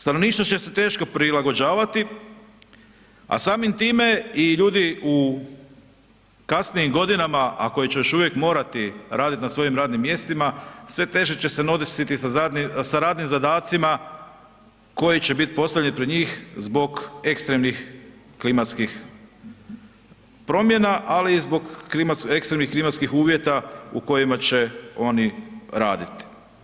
Stanovništvo će se teško prilagođavati, a samim time i ljudi u kasnijim godinama, a koji će još uvijek morati raditi na svojim radnim mjestima, sve teže će se nositi sa radnim zadacima koji će bit postavljeni pred njih zbog ekstremnih klimatskih promjena, ali i zbog ekstremnih klimatskih uvjeta u kojima će oni raditi.